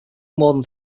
more